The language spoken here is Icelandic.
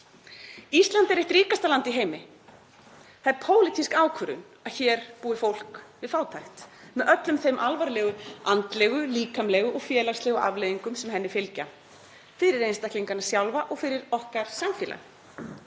Ísland er eitt ríkasta land í heimi. Það er pólitísk ákvörðun að hér búi fólk við fátækt með öllum þeim alvarlegu andlegu, líkamlegu og félagslegu afleiðingum sem henni fylgja fyrir einstaklingana sjálfa og fyrir okkar samfélag.